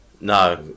no